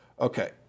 Okay